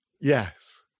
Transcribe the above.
Yes